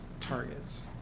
targets